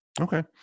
Okay